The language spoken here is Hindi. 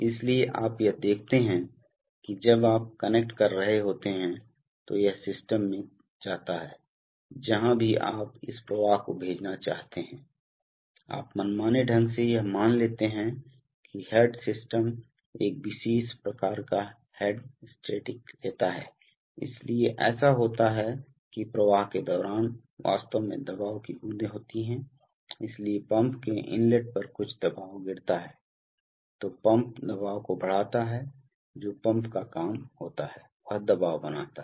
इसलिए आप यह देखते हैं कि जब आप कनेक्ट कर रहे होते हैं तो यह सिस्टम में जाता है जहां भी आप इस प्रवाह को भेजना चाहते हैं आप मनमाने ढंग से यह मान लेते हैं कि हेड सिस्टम एक विशेष प्रकार का हेड स्टेटिक लेता है इसलिए ऐसा होता है कि प्रवाह के दौरान वास्तव में दबाव की बूंदें होती हैं इसलिए पंप के इनलेट पर कुछ दबाव गिरता है तो पंप दबाव को बढ़ाता है जो पंप का काम होता है वह दबाव बनाता है